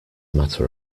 matter